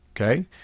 okay